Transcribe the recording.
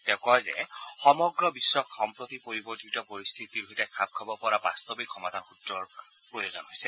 তেওঁ কয় যে সমগ্ৰ বিশ্বক সম্প্ৰতি পৰিৱৰ্তিত পৰিস্থিতিৰ সৈতে খাপ খাব পৰা বাস্তৱিক সমধান সূত্ৰৰ প্ৰয়োজন হৈছে